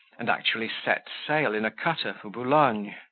and actually set sail in a cutter for boulogne,